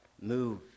Move